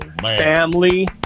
family